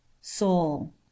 Soul